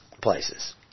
places